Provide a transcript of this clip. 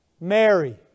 Mary